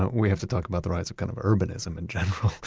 we have to talk about the rise of kind of urbanism in general.